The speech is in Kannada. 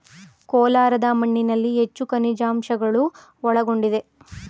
ಕೋಲಾರದ ಮಣ್ಣಿನಲ್ಲಿ ಹೆಚ್ಚು ಖನಿಜಾಂಶಗಳು ಒಳಗೊಂಡಿದೆ